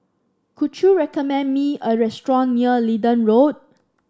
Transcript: could you recommend me a restaurant near Leedon Road